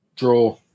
draw